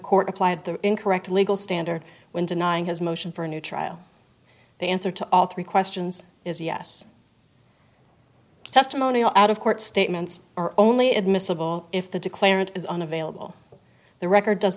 court applied the incorrect legal standard when denying his motion for a new trial the answer to all three questions is yes testimonial out of court statements are only admissible if the declarant is unavailable the record does